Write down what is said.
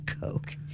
coke